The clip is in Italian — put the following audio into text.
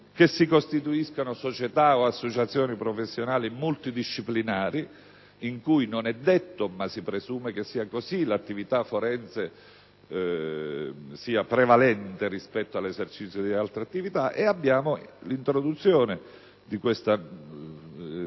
forense, nonché società o associazioni professionali multidisciplinari, in cui - non è detto, ma si presume che sia così - l'attività forense sia prevalente rispetto all'esercizio di altre attività, ed introduce l'ipotesi